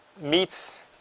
meets